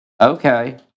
Okay